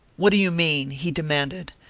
what do you mean? he demanded,